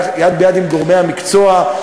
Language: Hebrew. יד ביד עם גורמי המקצוע,